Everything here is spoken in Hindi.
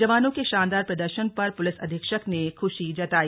जवानों के शानदार प्रदर्शन पर पुलिस अधीक्षक ने खुशी जताई